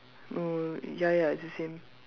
no ya ya it's the same